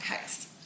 case